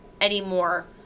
anymore